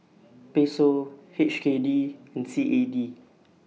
Peso H K D and C A D